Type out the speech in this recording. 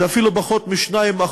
זה אפילו פחות מ-2%.